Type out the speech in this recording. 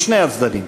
משני הצדדים.